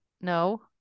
No